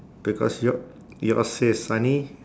because your yours says sunny